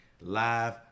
Live